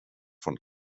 von